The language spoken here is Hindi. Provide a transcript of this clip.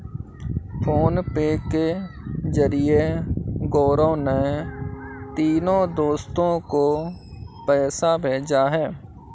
फोनपे के जरिए गौरव ने तीनों दोस्तो को पैसा भेजा है